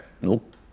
nope